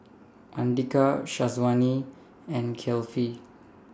Andika Syazwani and Kefli